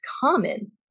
common